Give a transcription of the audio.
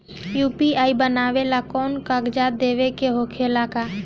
UPI बनावेला कौनो कागजात देवे के होखेला का?